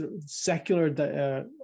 secular